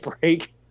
break